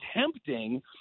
tempting